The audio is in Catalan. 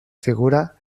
figura